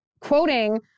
quoting